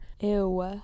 Ew